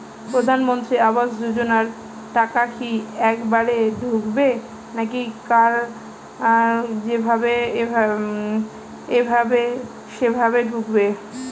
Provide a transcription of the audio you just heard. প্রধানমন্ত্রী আবাস যোজনার টাকা কি একবারে ঢুকবে নাকি কার যেভাবে এভাবে সেভাবে ঢুকবে?